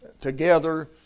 together